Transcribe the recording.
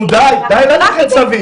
נו, די, די ללכת סביב.